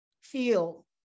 feel